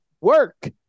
work